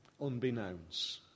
unbeknownst